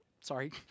sorry